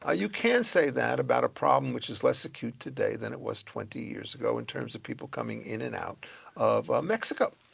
ah you can't say that about a problem which is less acute today than it was twenty years ago, in terms of people coming in and out of mexico.